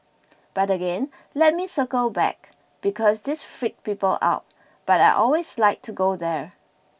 but again let me circle back because this freaks people out but I always like to go there